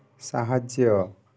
ସାହାଯ୍ୟ